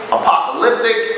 apocalyptic